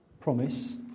promise